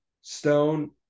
Stone